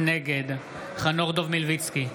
נגד חנוך דב מלביצקי,